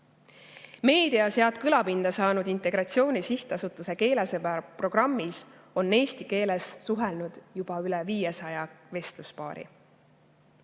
Meedias head kõlapinda saanud Integratsiooni Sihtasutuse keelesõbra programmis on eesti keeles suhelnud juba üle 500 vestluspaari.